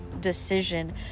decision